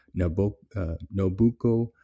Nobuko